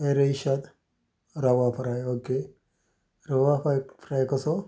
रेशाद rava fry okay rava fry fry कसो